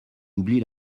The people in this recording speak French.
oublie